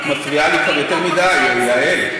את מפריעה לי כבר יותר מדי, יעל.